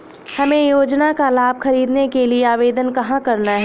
हमें योजना का लाभ ख़रीदने के लिए आवेदन कहाँ करना है?